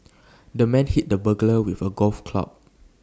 the man hit the burglar with A golf club